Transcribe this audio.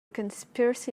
conspiracy